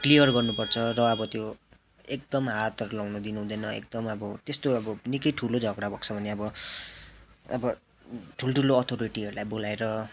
clear गर्नुपर्छ र अब त्यो एकदम हातहरू लाउनु दिनु हुँदैन एकदम अब त्यस्तो अब निकै ठुलो झगडा भएको छ भने अब अब ठुल्ठुलो अथोरिटीहरूलाई बोलाएर